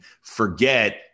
forget